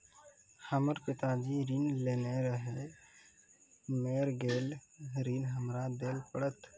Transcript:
हमर पिताजी ऋण लेने रहे मेर गेल ऋण हमरा देल पड़त?